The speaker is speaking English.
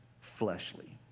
fleshly